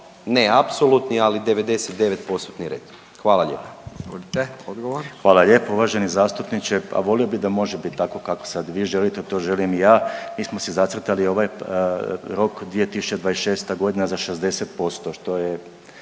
**Salapić, Josip (HDSSB)** Hvala lijepo. Uvaženi zastupniče, a volio bi da može bit tako kako sad vi želite, to želim i ja, mi smo si zacrtali ovaj rok 2026.g. za 60%, što je